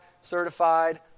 certified